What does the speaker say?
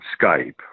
Skype